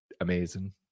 amazing